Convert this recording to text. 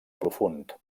profund